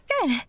Good